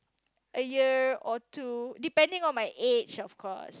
a year or two depending on my age of course